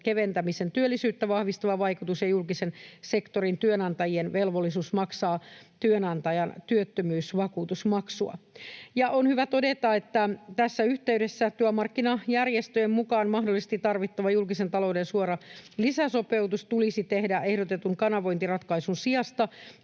keventämisen työllisyyttä vahvistava vaikutus ja julkisen sektorin työnantajien velvollisuus maksaa työnantajan työttömyysvakuutusmaksua. On hyvä todeta, että tässä yhteydessä työmarkkinajärjestöjen mukaan mahdollisesti tarvittava julkisen talouden suora lisäsopeutus tulisi tehdä ehdotetun kanavointiratkaisun sijasta